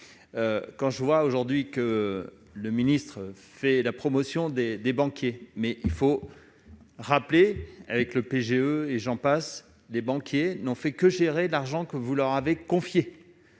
quand je vois aujourd'hui que le ministre fait la promotion des des banquiers, mais il faut rappeler avec le PGE et j'en passe, les banquiers n'ont fait que gérer l'argent que vous leur avait confié